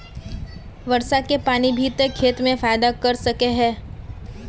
वर्षा के पानी भी ते खेत में फायदा कर सके है?